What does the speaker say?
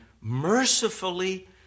mercifully